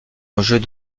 enjeux